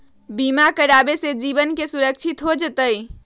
बीमा करावे से जीवन के सुरक्षित हो जतई?